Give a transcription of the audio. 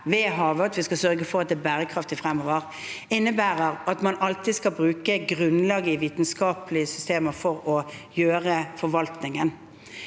ved havet og sørge for at det er bærekraftig fremover – innebærer at man alltid skal bruke grunnlaget i vitenskapelige systemer for å gjøre forvaltningen.